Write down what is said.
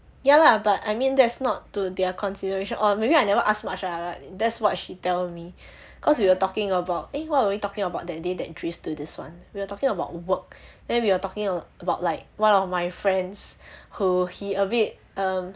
ya lah but I mean that's not to their consideration or maybe I never ask much lah like that's what she tell me cause we were talking about eh what were we talking about that day that drift to this [one] we were talking about work then we were talking about like one of my friends who he a bit um